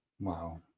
Wow